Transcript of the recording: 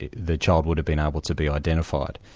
the the child would have been able to be identified.